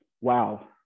wow